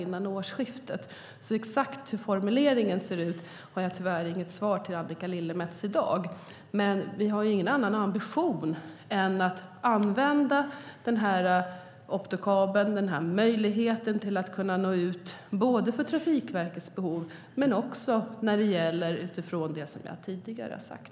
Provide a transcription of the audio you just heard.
Jag kan tyvärr inte svara Annika Lillemets hur formuleringen exakt kommer att se ut, men vi har ingen annan ambition än att använda optokabeln och möjligheten att nå ut, både för Trafikverkets behov och när det gäller det jag tidigare har sagt.